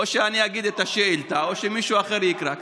או שאני אגיד את השאילתה או שמישהו אחר יקרא.